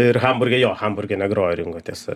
ir hamburge jo hamburge negrojo ringo tiesa